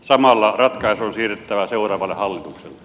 samalla ratkaisu on siirrettävä seuraavalle hallitukselle